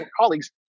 colleagues